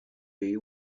you